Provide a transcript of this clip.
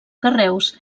carreus